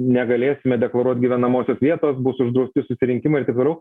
negalėsime deklaruot gyvenamosios vietos bus uždrausti susirinkimai ir taip toliau